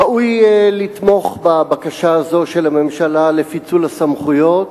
ראוי לתמוך בבקשה הזאת של הממשלה לפיצול הסמכויות,